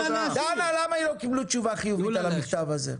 דנה, למה הם לא קיבלו תשובה חיובית על המכתב הזה?